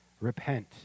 Repent